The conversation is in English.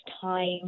time